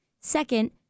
Second